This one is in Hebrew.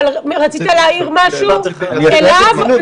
רצית להעיר משהו אליו?